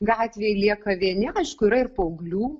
gatvėj lieka vieni aišku yra ir paauglių